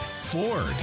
Ford